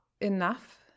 enough